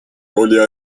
роли